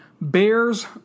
Bears